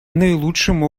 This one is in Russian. наилучшим